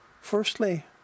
Firstly